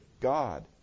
God